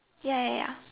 ya ya ya